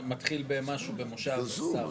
מתחיל במשהו במושב השר.